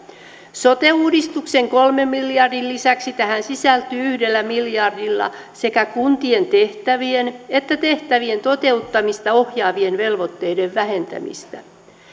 sote uudistuksen kolmen miljardin lisäksi tähän sisältyy yhdellä miljardilla sekä kuntien tehtävien että tehtävien toteuttamista ohjaavien velvoitteiden vähentämistä